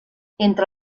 entre